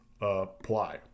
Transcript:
apply